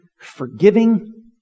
forgiving